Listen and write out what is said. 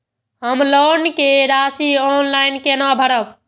हम लोन के राशि ऑनलाइन केना भरब?